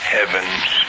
Heaven's